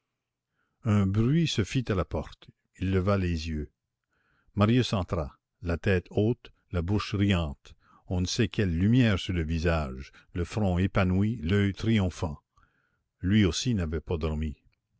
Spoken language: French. un bruit se fit à la porte il leva les yeux marius entra la tête haute la bouche riante on ne sait quelle lumière sur le visage le front épanoui l'oeil triomphant lui aussi n'avait pas dormi